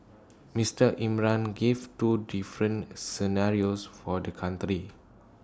Mister Imran gave two different scenarios for the country